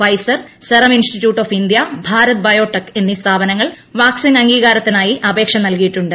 Pfizer Serum Institute of India Bharat Biotech എന്നീ സ്ഥാപനങ്ങൾ vaccine അംഗീകാരത്തിനായി അപേക്ഷ നൽകിയിട്ടുണ്ട്